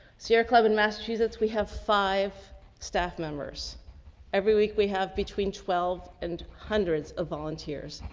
sierra club and massachusetts. we have five staff members every week. we have between twelve and hundreds of volunteers.